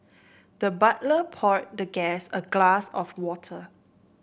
the butler poured the guest a glass of water